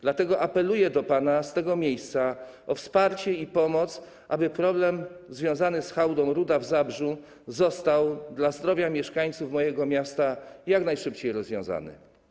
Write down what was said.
Dlatego apeluję do pana z tego miejsca o wsparcie i pomoc, aby problem związany z hałdą Ruda w Zabrzu został dla zdrowia mieszkańców mojego miasta jak najszybciej rozwiązany.